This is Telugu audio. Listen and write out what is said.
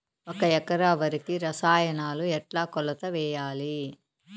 ఒక ఎకరా వరికి రసాయనాలు ఎట్లా కొలత వేయాలి?